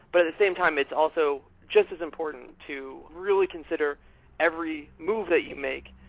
but at the same time, it's also just as important to really consider every move that you make,